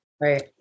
Right